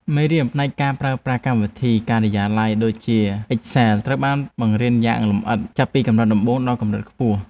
មេរៀនផ្នែកការប្រើប្រាស់កម្មវិធីការិយាល័យដូចជាអ៊ិចសែលត្រូវបានបង្រៀនយ៉ាងលម្អិតចាប់ពីកម្រិតដំបូងដល់កម្រិតខ្ពស់។